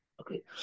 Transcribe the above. Okay